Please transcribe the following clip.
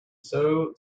sow